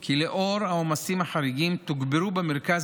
כי לאור העומסים החריגים תוגברו במרכז